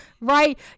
Right